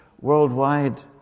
worldwide